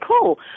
cool